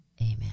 amen